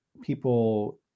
people